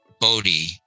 Bodhi